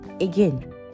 again